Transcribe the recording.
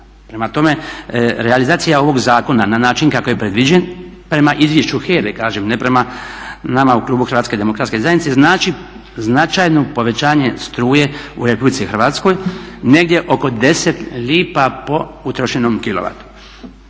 Prema tome, realizacija ovog zakona na način kako je predviđen, prema izvješću HERA-e kažem ne prema nama u klubu HDZ-a, znači značajno povećanje struje u RH negdje oko 10 lipa po utrošenom